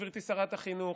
גברתי שרת החינוך,